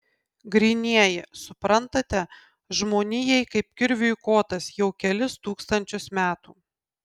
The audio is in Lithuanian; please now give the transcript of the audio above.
grynieji suprantate žmonijai kaip kirviui kotas jau kelis tūkstančius metų